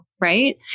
right